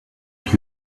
not